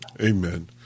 Amen